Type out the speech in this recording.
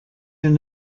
your